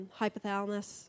hypothalamus